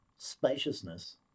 spaciousness